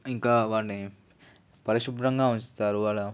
ఇంకా వారిని పరిశుభ్రంగా ఉంచుతారు కూడా